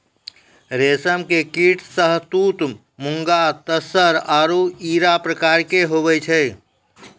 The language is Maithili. रेशम के कीट शहतूत मूंगा तसर आरु इरा प्रकार के हुवै छै